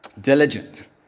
Diligent